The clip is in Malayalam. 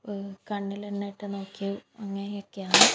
കണ്ണിലെണ്ണയിട്ട് നോക്കി അങ്ങനെയൊക്കെയാണ്